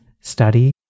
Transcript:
study